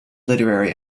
literary